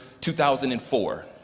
2004